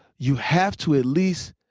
you have to at least,